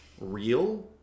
Real